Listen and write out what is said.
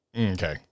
Okay